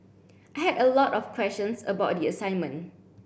I had a lot of questions about the assignment